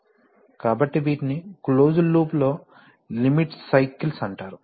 కాబట్టి వీటిని క్లోజ్డ్ లూప్లో లిమిట్ సైకిల్స్ అంటారు